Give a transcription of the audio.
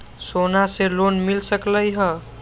सोना से लोन मिल सकलई ह?